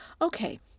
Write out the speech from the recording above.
Okay